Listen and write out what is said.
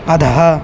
अधः